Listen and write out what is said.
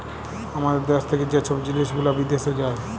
আমাদের দ্যাশ থ্যাকে যে ছব জিলিস গুলা বিদ্যাশে যায়